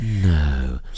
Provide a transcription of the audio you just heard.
No